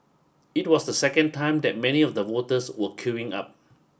it was the second time that many of the voters were queuing up